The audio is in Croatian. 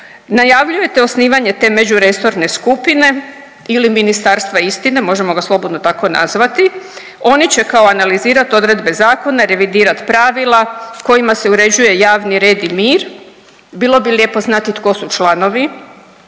Najavljujete osnivanje te međuresorne skupine ili Ministarstva istine, možemo ga slobodno tako nazvati. One će kao analizirati odredbe zakona, revidirati pravila kojima se uređuje javni red i mir. Bilo bi lijepo znati tko su članovi,